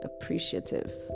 appreciative